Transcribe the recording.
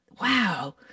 wow